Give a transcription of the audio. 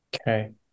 Okay